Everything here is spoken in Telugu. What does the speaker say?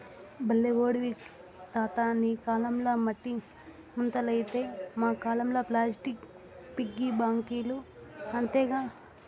బల్లే ఓడివి తాతా నీ కాలంల మట్టి ముంతలైతే మా కాలంల ప్లాస్టిక్ పిగ్గీ బాంకీలు అంతేగా